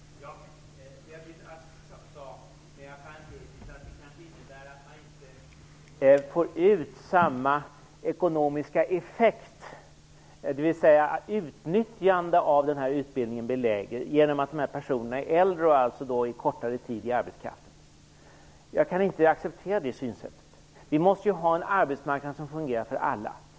Herr talman! Jag kan bara konstatera att vi uppenbarligen har mycket olika synsätt i denna fråga. Beatrice Ask sade, mer parentetiskt, att man kanske inte får ut samma ekonomiska effekt, d.v.s. utnyttjandet av den här utbildningen blir lägre genom att de här personerna är äldre och alltså utgör en del av arbetskraften under en kortare tid. Jag kan inte acceptera det synsättet. Vi måste ha en arbetsmarknad som fungerar för alla.